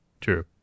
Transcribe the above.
True